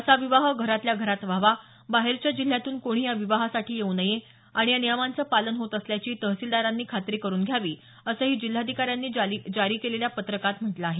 असा विवाह घरातल्या घरात व्हावा बाहेरच्या जिल्ह्यातून कोणीही या विवाहासाठी येऊ नये आणि या नियमांचं पालन होत असल्याची तहसीलदारांनी खात्री करून घ्यावी असंही जिल्हाधिकाऱ्यांनी जारी केलेल्या पत्रात म्हटलं आहे